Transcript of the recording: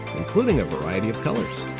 including a variety of colors.